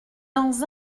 dans